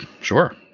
Sure